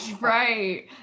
Right